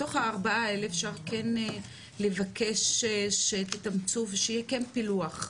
בתוך ה-4% האלה אפשר כן לבקש שתתאמצו ושיהיה כן פילוח?